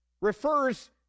refers